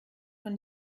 von